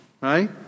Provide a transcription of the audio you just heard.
right